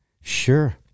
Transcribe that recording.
Sure